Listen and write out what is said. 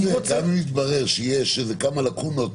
אני רוצה --- גם אם יתברר שיש כמה לקונות